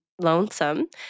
lonesome